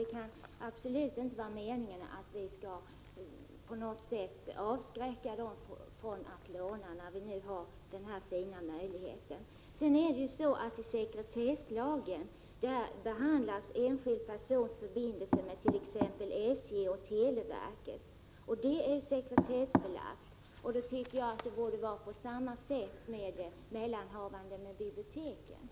Det kan absolut inte vara meningen att de skall avskräckas från att låna, när denna fina möjlighet finns. I sekretesslagen behandlas enskilda personers förbindelser med t.ex. SJ och televerket, som är sekretessbelagda. Det borde vara på samma sätt med enskildas mellanhavanden med biblioteken.